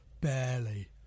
barely